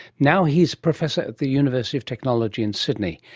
now he's professor at the university of technology and sydney,